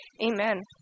Amen